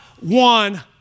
one